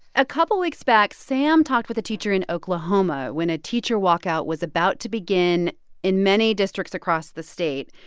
a couple of weeks back, sam talked with a teacher in oklahoma when a teacher walkout was about to begin in many districts across the state.